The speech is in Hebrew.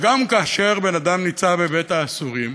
וגם כאשר בן-אדם נמצא בבית-האסורים,